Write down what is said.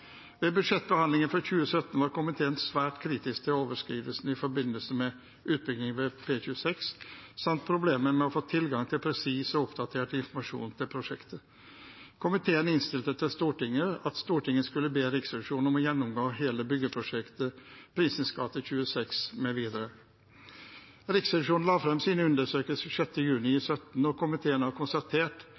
ved P26 samt problemet med å få tilgang til presis og oppdatert informasjon om prosjektet. Komiteen innstilte til Stortinget at Stortinget skulle be Riksrevisjonen om å gjennomgå hele byggeprosjektet Prinsens gate 26 mv. Riksrevisjonen la fram sine undersøkelser den 6. juni 2017, og komiteen har konstatert